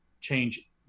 change